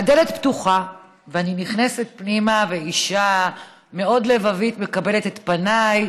הדלת פתוחה ואני נכנסת פנימה ואישה מאוד לבבית מקבלת את פניי